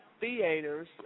Theaters